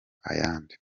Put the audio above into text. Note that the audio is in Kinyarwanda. ayandi